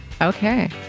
Okay